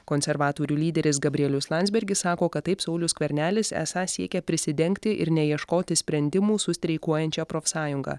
konservatorių lyderis gabrielius landsbergis sako kad taip saulius skvernelis esą siekia prisidengti ir neieškoti sprendimų su streikuojančia profsąjunga